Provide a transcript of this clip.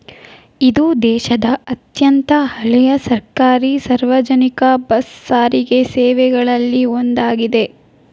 ಇದು ದೇಶದ ಅತ್ಯಂತ ಹಳೆಯ ಸರ್ಕಾರಿ ಸಾರ್ವಜನಿಕ ಬಸ್ ಸಾರಿಗೆ ಸೇವೆಗಳಲ್ಲಿ ಒಂದಾಗಿದೆ